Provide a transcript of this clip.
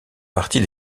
partie